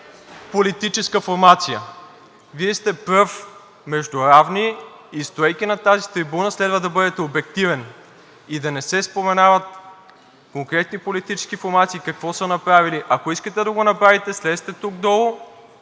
политическа формация. Вие сте пръв между равни и стоейки на тази трибуна, следва да бъдете обективен и да не се споменават конкретни политически формации, какво са направили. Ако искате да го направите, слезте тук долу